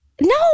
No